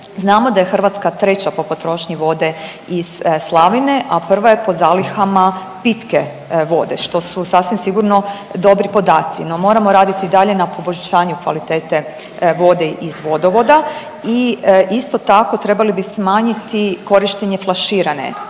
Znamo da je Hrvatska treća po potrošnji vode iz slavine, a prva je po zalihama pitke vode što su sasvim sigurno dobri podaci. No, moramo raditi i dalje na poboljšanju kvalitete vode iz vodovoda i isto tako trebali bi smanjiti korištenje flaširane